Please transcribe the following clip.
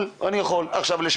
אבל אני יכול גם לראות אותו ב-זום.